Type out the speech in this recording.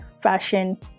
fashion